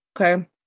Okay